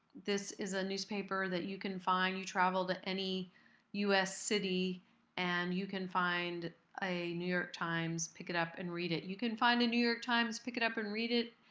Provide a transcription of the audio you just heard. this is a newspaper that you can find. you travel to any us city and you can find a new york times pick it up and read it. you can find a new york times, pick it up and read it,